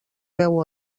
veu